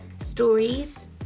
stories